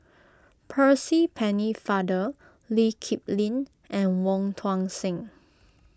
Percy Pennefather Lee Kip Lin and Wong Tuang Seng